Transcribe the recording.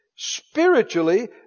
Spiritually